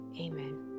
Amen